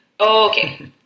Okay